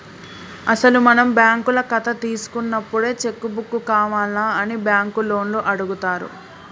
అసలు మనం బ్యాంకుల కథ తీసుకున్నప్పుడే చెక్కు బుక్కు కావాల్నా అని బ్యాంకు లోన్లు అడుగుతారు